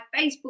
Facebook